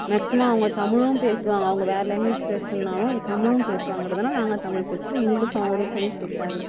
maximum அவங்க தமிழும் பேசுவாங்க அவங்க வேறு லாங்குவேஜ் பேசினாலும் தமிழும் பேசுவாங்ககன்றதனால நாங்கள் தமிழ் பேசுவோம் எங்களுக்கும் அவங்களுக்கும் கொஞ்சம் செட் ஆகும்